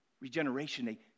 Regeneration